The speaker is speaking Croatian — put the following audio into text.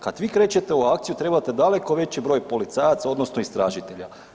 Kada vi krećete u akciju trebate daleko veći broj policajaca odnosno istražitelja.